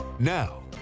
now